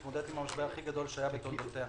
במשבר הכי גדול שהיה בתולדותיה.